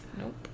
Nope